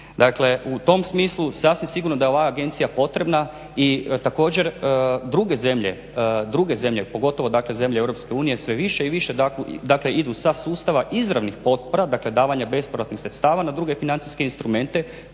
Dakle, u tom smislu sasvim sigurno da je ova agencija potrebna i također druge zemlje pogotovo dakle zemlje EU sve više i više dakle idu sa sustava izravnih potpora, dakle davanja bespovratnih sredstava na druge financijske instrumente